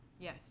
Yes